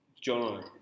John